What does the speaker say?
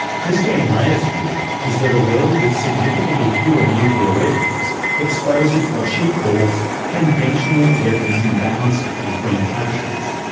christine leah's view is that a world with significantly fewer nuclear weapons exposes what she calls conventional weapons imbalances between countries.